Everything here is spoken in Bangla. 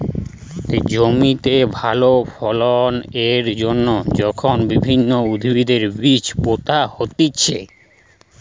জমিতে ভালো ফলন এর জন্যে যখন বিভিন্ন উদ্ভিদের বীজ পোতা হতিছে